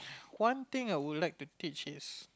one thing I would like to teach is